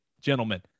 gentlemen